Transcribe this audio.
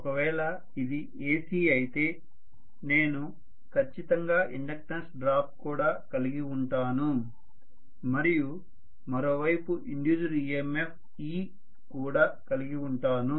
ఒక వేళ ఇది AC అయితే నేను ఖచ్చితంగా ఇండక్టెన్స్ డ్రాప్ కూడా కలిగి ఉంటాను మరియు మరోవైపు ఇండ్యూస్డ్ EMF e కూడా కలిగి ఉంటాను